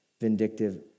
vindictive